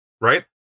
right